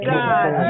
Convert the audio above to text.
God